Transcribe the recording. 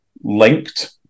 linked